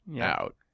Out